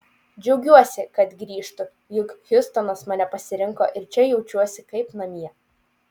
džiaugiuosi kad grįžtu juk hjustonas mane pasirinko ir čia jaučiuosi kaip namie